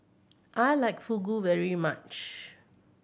I like Fugu very much